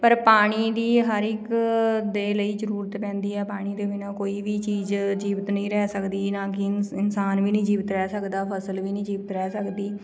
ਪਰ ਪਾਣੀ ਦੀ ਹਰ ਇੱਕ ਦੇ ਲਈ ਜ਼ਰੂਰਤ ਪੈਂਦੀ ਹੈ ਪਾਣੀ ਦੇ ਬਿਨ੍ਹਾਂ ਕੋਈ ਵੀ ਚੀਜ਼ ਜੀਵਿਤ ਨਹੀਂ ਰਹਿ ਸਕਦੀ ਨਾ ਕਿ ਇਨਸਾਨ ਵੀ ਨਹੀਂ ਜੀਵਤ ਰਹਿ ਸਕਦਾ ਫ਼ਸਲ ਵੀ ਨਹੀਂ ਜੀਵਤ ਰਹਿ ਸਕਦੀ